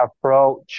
approach